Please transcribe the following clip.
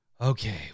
Okay